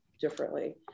differently